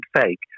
fake